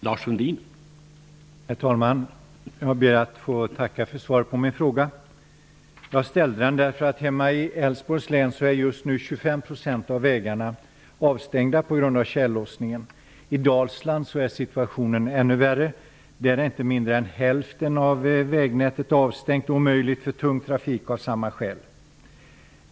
Herr talman! Jag ber att få tacka för svaret på min fråga. Jag ställde frågan därför att 25 % av vägarna hemma i Älvsborgs län just nu är avstängda på grund av tjällossningen. I Dalsland är situationen ännu värre, där inte mindre än hälften av vägnätet är avstängt och omöjligt för tung trafik, av samma skäl.